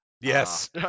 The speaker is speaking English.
Yes